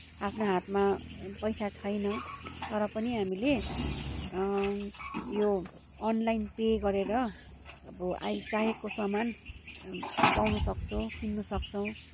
आफ्नो हातमा पैसा छैन तर पनि हामीले यो अनलाइन पे गरेर अब अहिले चाहेको सामान पाउनुसक्छौँ किन्नुसक्छौँ